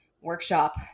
workshop